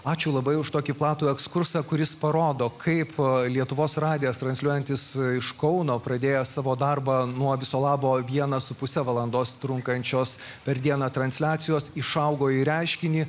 ačiū labai už tokį platų ekskursą kuris parodo kaip lietuvos radijas transliuojantis iš kauno pradėjęs savo darbą nuo viso labo vieną su puse valandos trunkančios per dieną transliacijos išaugo į reiškinį